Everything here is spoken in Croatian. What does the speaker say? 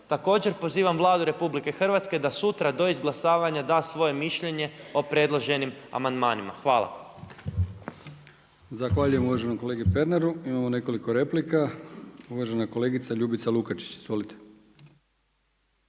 Također pozivam Vladu Republike Hrvatske da sutra do izglasavanja da svoje mišljenje o predloženim amandmanima. Hvala.